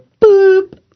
boop